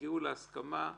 שהגיעו להסכמה,